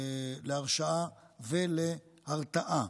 להרשעה ולהרתעה.